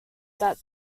that